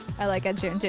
i like ed sheeran, too.